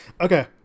Okay